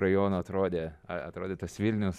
rajono atrodė atrodė tas vilnius